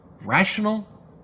rational